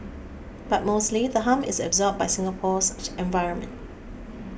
but mostly the harm is absorbed by Singapore's environment